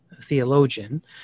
theologian